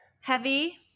Heavy